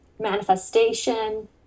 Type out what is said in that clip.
manifestation